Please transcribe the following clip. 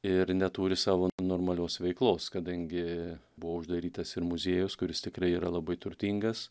ir neturi savo normalios veiklos kadangi buvo uždarytas ir muziejus kuris tikrai yra labai turtingas